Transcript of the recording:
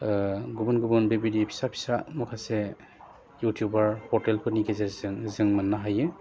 गुबुन गुबुन बेबायदि फिसा फिसा माखासे इउटुबार ह'टेलफोरनि गेजेरजों जों मोन्नो हायो